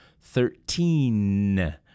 Thirteen